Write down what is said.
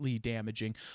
damaging